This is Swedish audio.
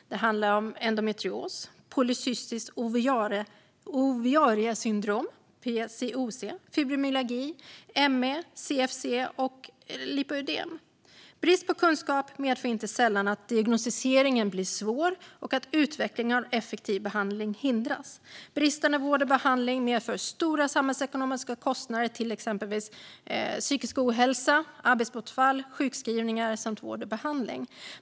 Det handlar om endometrios, PCOS, det vill säga polycystiskt ovariesyndrom, fibromyalgi, ME/CFS och lipödem. Brist på kunskap medför inte sällan att diagnostiseringen blir svår och att utvecklingen av effektiv behandling hindras. Bristande vård och behandling medför stora samhällsekonomiska kostnader kopplade till exempelvis psykisk ohälsa, arbetsbortfall, sjukskrivningar samt vård och behandling.